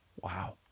Wow